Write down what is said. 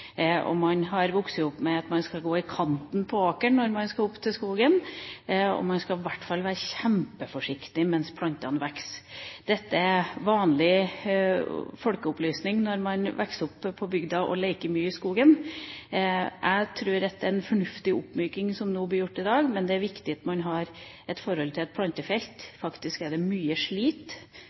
Man har vokst opp med at man skal gå i kanten på åkeren når man skal opp til skogen, og man skal i hvert fall være kjempeforsiktig mens plantene vokser. Dette er vanlig folkeopplysning når man vokser opp på bygda og leker mye i skogen. Jeg tror det er en fornuftig oppmyking som nå blir gjort i dag, men det er viktig at man har et forhold til at det faktisk ligger mye slit